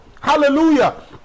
Hallelujah